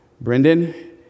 Brendan